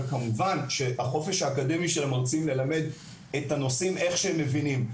וכמובן שהחופש האקדמי של המרצים ללמד את הנושאים איך שהם מבינים,